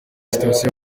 station